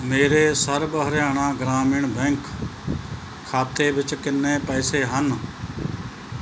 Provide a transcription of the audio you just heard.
ਮੇਰੇ ਸਰਵ ਹਰਿਆਣਾ ਗ੍ਰਾਮੀਣ ਬੈਂਕ ਖਾਤੇ ਵਿੱਚ ਕਿੰਨੇ ਪੈਸੇ ਹਨ